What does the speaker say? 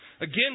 Again